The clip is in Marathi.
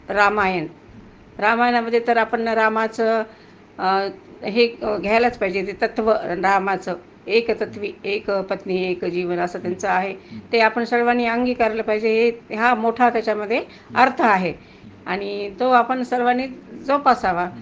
रामायण रामायणामध्ये तर आपण रामाचं हे घ्यायलाच पाहिजे ते तत्त्व रामाचं एकतत्त्वी एकपत्नी एक जीवन असं त्यांचं आहे ते आपण सर्वानी अंगीकारलं पाहिजे हे ह्या मोठा त्याच्यामध्ये अर्थ आहे आणि तो आपण सर्वांनी जोपासावा